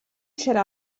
serà